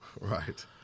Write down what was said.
Right